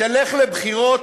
תלך לבחירות,